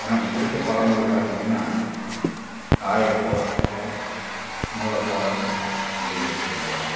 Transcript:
எனக்கு பிடிச்ச பழமொலி பார்த்திங்கன்னா தாயைப்போல சேலை நூலைப்போல பிள்ளை அப்படின்னு சொல்லி சொல்லுவாங்க